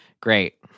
Great